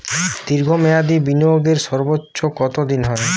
দীর্ঘ মেয়াদি বিনিয়োগের সর্বোচ্চ কত দিনের হয়?